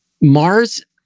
Mars